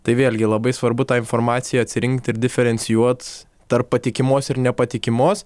tai vėlgi labai svarbu tą informaciją atsirinkt ir diferencijuot tarp patikimos ir nepatikimos